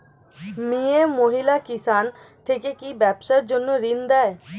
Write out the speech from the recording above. মিয়ে মহিলা কিষান থেকে কি ব্যবসার জন্য ঋন দেয়?